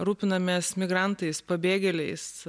rūpinamės migrantais pabėgėliais